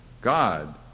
God